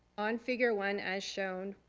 on figure one, as shown,